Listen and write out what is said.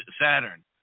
Saturn